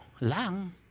lang